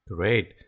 Great